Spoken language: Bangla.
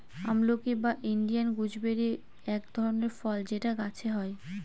আমলকি বা ইন্ডিয়ান গুজবেরি এক ধরনের ফল যেটা গাছে হয়